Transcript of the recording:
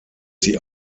sie